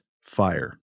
Fire